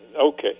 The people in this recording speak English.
Okay